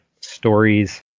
stories